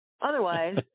otherwise